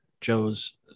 Joe's